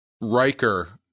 Riker